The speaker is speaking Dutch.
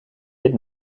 dit